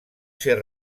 ser